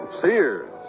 Sears